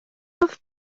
oedd